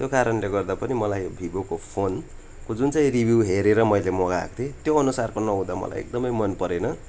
यो कारणले गर्दा पनि मलाई भिबोको फोनको जुन चाहिँ रिभ्यू हेरेर मैले मगाएको थिएँ त्यो अनुसारको नहुँदा मलाई एकदमै मन परेन